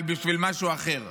אבל בשביל משהו אחר.